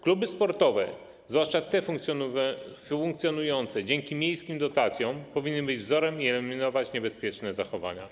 Kluby sportowe, zwłaszcza te funkcjonujące dzięki miejskim dotacjom, powinny być wzorem i eliminować niebezpieczne zachowania.